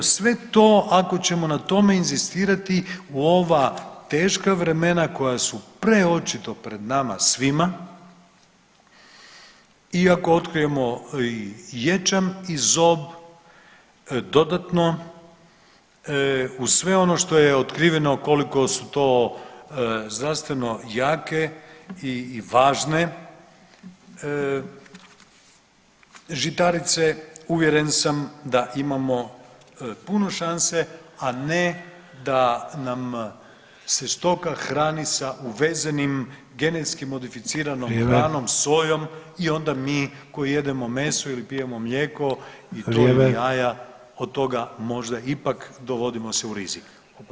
Sve to, ako ćemo na tome inzistirati u ova teška vremena koja su preočito pred nama svima i ako otkrijemo ječam i zob dodatno uz sve ono što je otkriveno koliko su to zdravstveno jake i važne žitarice uvjeren sam da imamo puno šanse, a ne da nam se stoka hrani sa uvezenim genetski modificiranom hranom [[Upadica: Vrijeme.]] sojom i onda mi koji jedemo meso ili pijemo mlijeko i … [[Govornici govore istovremeno, ne razumije se.]] jaja [[Upadica: Vrijeme.]] od toga možda ipak dovodimo se u rizik.